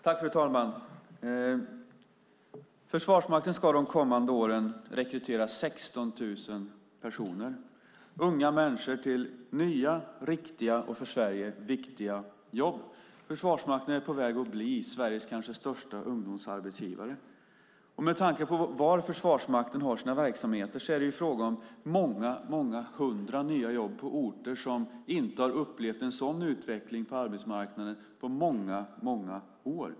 Fru talman! Försvarsmakten ska under de kommande åren rekrytera 16 000 personer - unga människor till nya, riktiga och för Sverige viktiga jobb. Försvarsmakten är på väg att bli Sveriges kanske största ungdomsarbetsgivare. Med tanke på var Försvarsmakten har sina verksamheter är det fråga om många hundra nya jobb på orter som inte har upplevt en sådan utveckling på arbetsmarknaden på många år.